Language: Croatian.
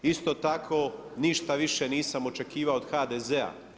Isto tako ništa više nisam očekivao od HDZ-a.